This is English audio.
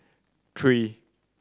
three